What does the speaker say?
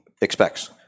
expects